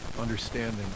understanding